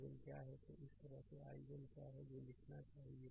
v1 क्या है तो इस तरह से i1 क्या है जो लिखना चाहिए